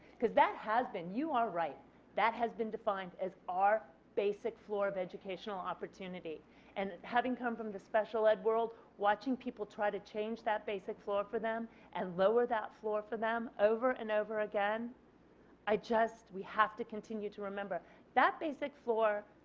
because that has been, you are right that has been defined as our basic floor of educational opportunity and having come from the special ed world watching people try to change that basic floor for them and lower that floor for them over and over again i just you have to continue to remember that basic floor